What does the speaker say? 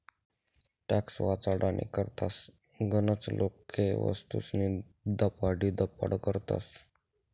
tax वाचाडानी करता गनच लोके वस्तूस्नी दपाडीदपाड करतस